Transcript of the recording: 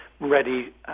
ready